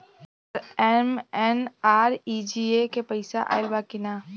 हमार एम.एन.आर.ई.जी.ए के पैसा आइल बा कि ना?